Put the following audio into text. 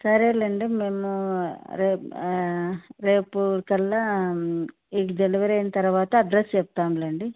సరేలెండి మేము రే రేపటికల్లా ఈ డెలివరీ అయిన తర్వాత అడ్రస్ చెప్తాంలెండి